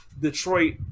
Detroit